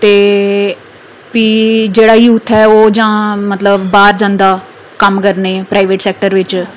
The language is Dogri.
ते फ्ही जेह्ड़ा यूथ ऐ ते जां मतलव बाह्र जंदा कम्म करने गी प्राईवेट सैक्टर बिच्च